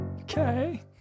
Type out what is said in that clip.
okay